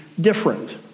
different